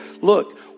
Look